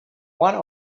one